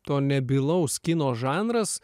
to nebylaus kino žanras